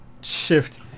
shift